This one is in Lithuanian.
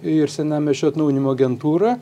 ir senamiesčio atnaujinimo agentūrą